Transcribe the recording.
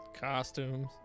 costumes